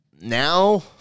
now